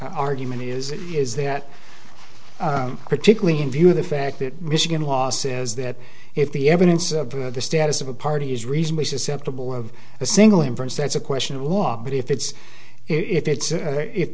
argument is is that particularly in view of the fact that michigan law says that if the evidence of the status of a party is recently susceptible of a single inference that's a question of law but if it's if it's a